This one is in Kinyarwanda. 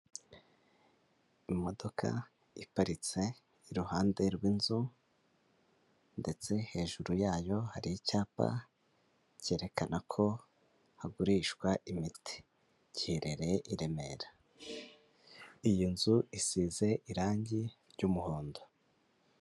Imodoka iparitse iruhande rw'inzu ndetse hejuru yayo hari icyapa cyerekana ko hagurishwa imiti, giherereye i Remera, iyo nzu isize irangi ry'umuhondo.